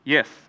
Yes